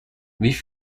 wie